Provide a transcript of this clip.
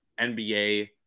NBA